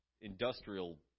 industrial